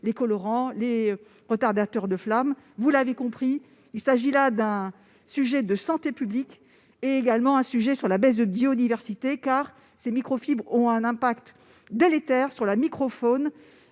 les colorants, les retardateurs de flamme. Vous l'aurez compris, il s'agit là d'un sujet de santé publique, mais aussi de biodiversité. Ces microfibres ont un effet délétère sur la microfaune